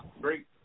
Great